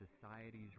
society's